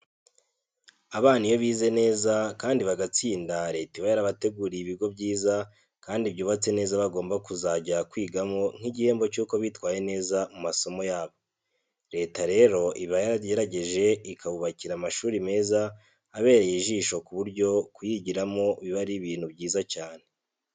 Abana iyo bize neza kandi bagatsinda Leta iba yarabateguriye ibigo byiza, kandi byubatse neza bagomba kuzajya kwigiramo nk'igihembo cyuko bitwaye neza mu masomo yabo. Leta rero iba yaragerageje ikabubakira amashuri meza abereye ijisho ku buryo kuyigiramo biba ari ibintu byiza cyane.